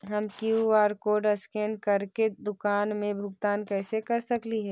हम QR code scan करके दुकान में भुगतान कैसे कर सकली हे?